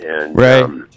Right